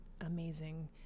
amazing